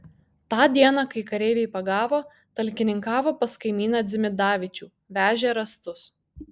tą dieną kai kareiviai pagavo talkininkavo pas kaimyną dzimidavičių vežė rąstus